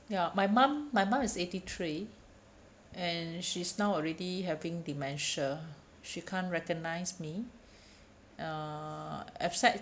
ya my mum my mum is eighty three and she's now already having dementia she can't recognize me uh except